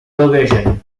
location